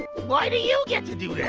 why do you get to do